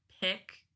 pick